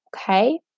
Okay